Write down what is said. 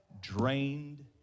drained